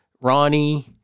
Ronnie